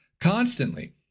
constantly